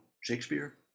Shakespeare